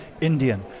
Indian